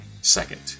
Second